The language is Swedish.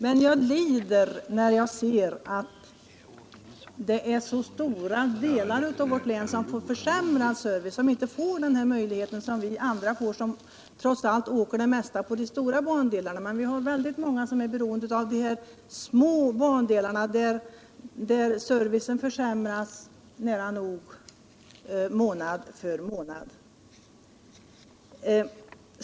Men jag lider när jag ser att det är så stora delar av landet som drabbas av försämrad service och inte får den här möjligheten som vi andra får — vi som åker mest på de stora bandelarna. Det är väldigt många som är beroende av de små bandelarna, där servicen försämras nära nog månad för månad.